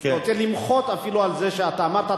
אני רוצה למחות אפילו על זה שאתה אמרת,